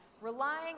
relying